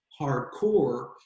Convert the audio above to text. hardcore